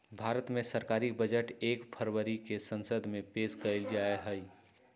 भारत मे सरकारी बजट एक फरवरी के संसद मे पेश कइल जाहई